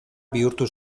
bihurtu